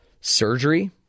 surgery